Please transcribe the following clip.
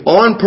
on